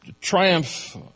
triumph